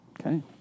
Okay